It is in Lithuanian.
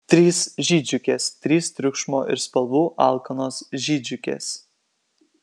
trys žydžiukės trys triukšmo ir spalvų alkanos žydžiukės